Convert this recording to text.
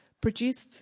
Produce